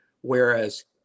whereas